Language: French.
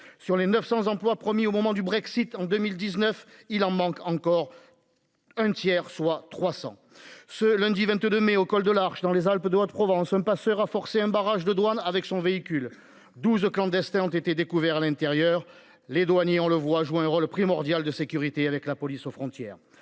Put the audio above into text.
sur les 900 emplois promis au moment du Brexit en 2019, il en manque encore. Un tiers, soit 300 ce lundi 22 mai au col de Larche dans les Alpes de Haute-Provence un passeur a forcé un barrage de douane avec son véhicule 12 clandestins ont été découverts à l'intérieur, les douaniers. On le voit jouer un rôle primordial de sécurité avec la police aux frontières.